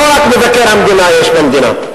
לא רק מבקר המדינה יש במדינה.